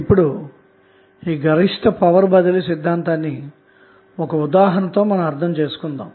ఇప్పుడు గరిష్ట పవర్ బదిలీ సిద్ధాంతాన్ని ఒకఉదాహరణతో అర్థం చేసుకుందాము